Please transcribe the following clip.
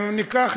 ניקח,